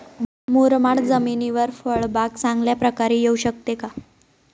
मुरमाड जमिनीवर फळबाग चांगल्या प्रकारे येऊ शकते का?